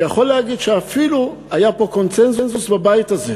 אני יכול להגיד שאפילו היה פה קונסנזוס בבית הזה.